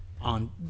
on